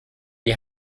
die